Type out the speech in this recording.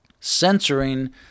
censoring